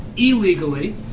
Illegally